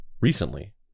recently